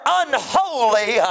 unholy